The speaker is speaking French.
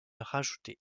rajoutées